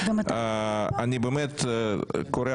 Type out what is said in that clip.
אני באמת קורא,